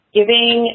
giving